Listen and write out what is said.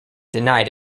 denied